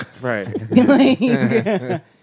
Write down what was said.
Right